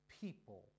people